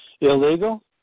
Illegal